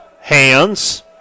Hands